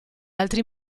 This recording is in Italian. altri